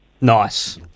Nice